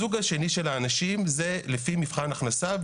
הסוג השני של האנשים זה לפי מבחן הכנסה.